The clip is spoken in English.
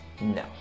No